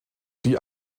die